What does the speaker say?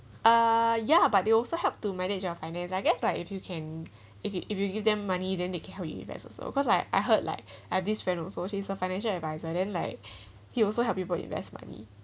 uh ya but they also help to manage your finance I guess like if you can if you if you give them money then they can help you invest also cause like I heard like uh this friend so she's a financial adviser then like he also help people invest money